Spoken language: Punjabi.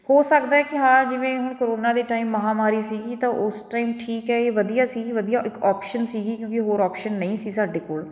ਹੋ ਸਕਦਾ ਕਿ ਹਾਂ ਜਿਵੇਂ ਹੁਣ ਕਰੋਨਾ ਦੇ ਟਾਈਮ ਮਹਾਂਮਾਰੀ ਸੀਗੀ ਤਾਂ ਉਸ ਟਾਈਮ ਠੀਕ ਹੈ ਇਹ ਵਧੀਆ ਸੀ ਵਧੀਆ ਇੱਕ ਔਪਸ਼ਨ ਸੀਗੀ ਕਿਉਂਕਿ ਹੋਰ ਔਪਸ਼ਨ ਨਹੀਂ ਸੀ ਸਾਡੇ ਕੋਲ